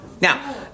Now